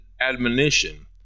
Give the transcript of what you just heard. admonition